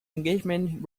engagement